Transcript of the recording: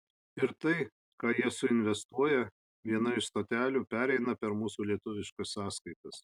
ir tai ką jie suinvestuoja viena iš stotelių pereina per mūsų lietuviškas sąskaitas